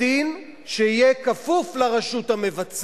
דב חנין